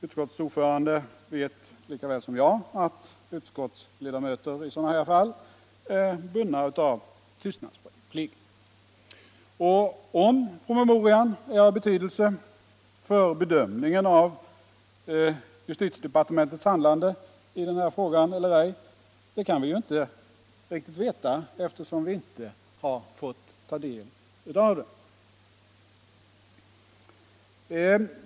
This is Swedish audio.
Utskottets ordförande vet lika väl som jag att utskottets ledamöter i sådana här fall är bundna av tystnadsplikt. Och vi kan inte riktigt avgöra om promemorian är av betydelse för bedömningen av justitiedepartementets handlande i den här frågan eller ej, eftersom vi inte har fått ta del av den.